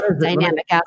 dynamic